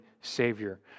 savior